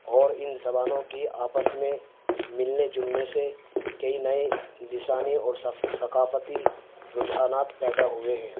اور ان زبانوں کی آپس میں ملنے جلنے سے کئی نئے لسانی اور ثقافتی رجحانات پیدا ہوئے ہیں